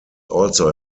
also